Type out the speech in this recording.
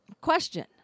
Question